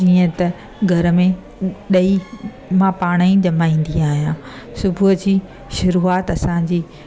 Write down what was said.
जीअं त घर में ॾई मां पाणई जमाईंदी आहियां सुबुह जी शुरूआत असांंजी